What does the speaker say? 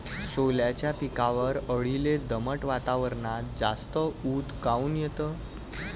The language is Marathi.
सोल्याच्या पिकावरच्या अळीले दमट वातावरनात जास्त ऊत काऊन येते?